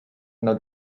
not